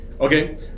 Okay